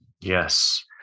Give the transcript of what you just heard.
Yes